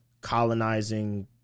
colonizing